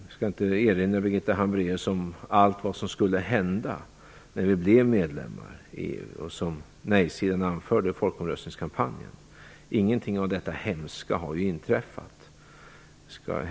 Jag skall inte erinra Birgitta Hambraeus om allt som skulle hända när vi blev medlemmar i EU som nej-sidan anförde i folkomröstningskampanjen. Ingenting av detta hemska har ju inträffat.